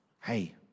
hey